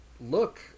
look